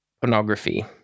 pornography